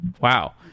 Wow